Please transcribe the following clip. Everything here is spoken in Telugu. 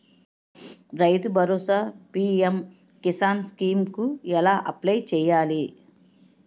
రైతు భరోసా పీ.ఎం కిసాన్ స్కీం కు ఎలా అప్లయ్ చేయాలి?